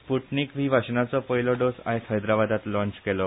Sputnik V वाशिनाचो पयलो dose आयज हैदराबादात लाँच केलो